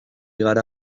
gara